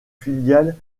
filiale